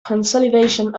consolidation